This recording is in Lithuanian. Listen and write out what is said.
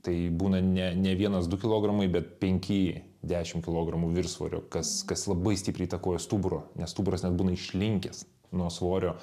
tai būna ne ne vienas du kilogramai bet penki dešimt kilogramų viršsvorio kas kas labai stipriai įtakoja stuburo nes stuburas net būna išlinkęs nuo svorio